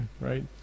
right